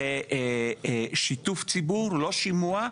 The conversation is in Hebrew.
זה שיתוף ציבור ולא שימוע.